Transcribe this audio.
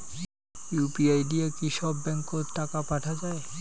UPI দিয়া কি সব ব্যাংক ওত টাকা পাঠা যায়?